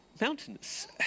mountainous